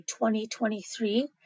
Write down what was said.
2023